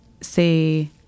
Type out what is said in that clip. say